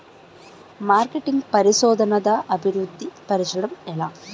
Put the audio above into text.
marketing పరిశోధనదా అభివృద్ధి పరచడం ఎలా